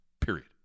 period